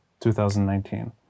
2019